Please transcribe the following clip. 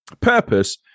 Purpose